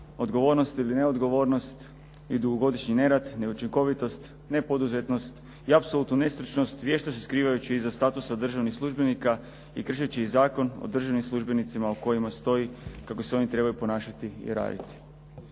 odgovornost ili neodgovornost i dugogodišnji nerad, neučinkovitost, nepoduzetnost i apsolutnu nestručnost, vješto se skrivajući iza statusa državnih službenika i kršeći Zakon o državnim službenicima o kojima stoji kako se oni trebaju ponašati i raditi.